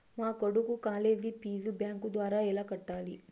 మా కొడుకు college fees bank ద్వారా ఎలా కట్టాలి?